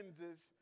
lenses